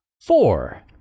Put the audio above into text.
four